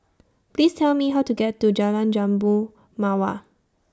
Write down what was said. Please Tell Me How to get to Jalan Jambu Mawar